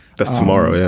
that's tomorrow. yeah